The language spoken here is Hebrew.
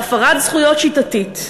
בהפרת זכויות שיטתית.